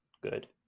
good